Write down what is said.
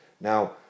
Now